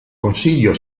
consiglio